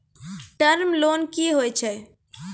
Term loan कि होय छै?